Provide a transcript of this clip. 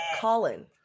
Colin